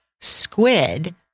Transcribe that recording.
squid